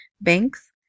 banks